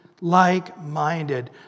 like-minded